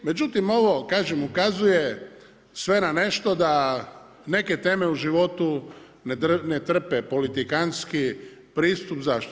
Međutim ovo kažem, ukazuje sve na nešto da neke teme u životu ne trpe politikanski pristup, zašto?